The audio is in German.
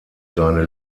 seine